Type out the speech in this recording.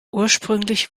ursprünglich